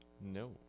No